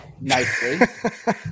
nicely